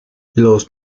los